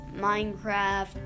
Minecraft